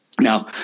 Now